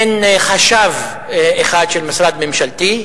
אין חשב אחד של משרד ממשלתי.